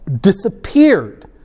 disappeared